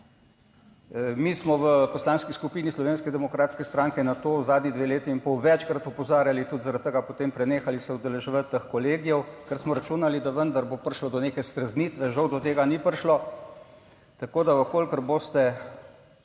Mi smo v Poslanski skupini Slovenske demokratske stranke na to zadnji dve leti in pol večkrat opozarjali, tudi zaradi tega potem prenehali se udeleževati teh kolegijev, ker smo računali, da vendar bo prišlo do neke streznitve. Žal do tega ni prišlo. Tako, da v kolikor boste,